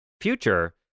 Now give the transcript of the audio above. future